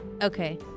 Okay